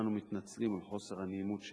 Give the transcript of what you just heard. אנו מתנצלים על חוסר הנעימות שנגרם.